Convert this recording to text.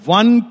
one